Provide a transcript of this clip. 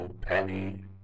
Penny